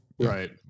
Right